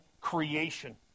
creation